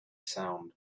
sound